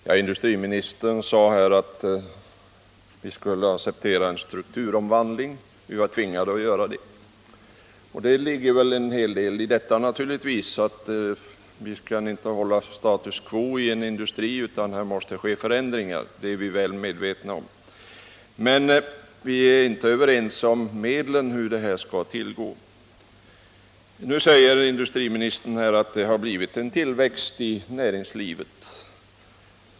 Fru talman! Industriministern sade här att vi var tvingade att acceptera en strukturomvandling. Det ligger naturligtvis en hel del i detta. Vi kan inte behålla status quo inom industrin, utan här måste ske förändringar. Det är vi väl medvetna om, men vi är inte överens om medlen. Nu säger industriministern att det har blivit en tillväxt i näringslivet.